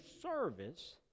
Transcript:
service